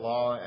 Law